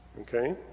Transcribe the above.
Okay